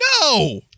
No